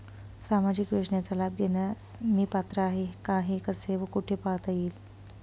सामाजिक योजनेचा लाभ घेण्यास मी पात्र आहे का हे कसे व कुठे पाहता येईल?